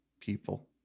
people